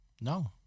No